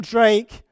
Drake